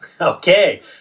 Okay